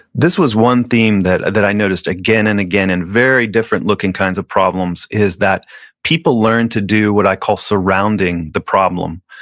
this was one theme that that i noticed again and again in very different looking kinds of problems is that people learn to do what i call surrounding the problem.